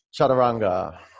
chaturanga